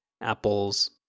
Apple's